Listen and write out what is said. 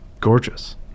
gorgeous